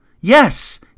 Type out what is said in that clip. Yes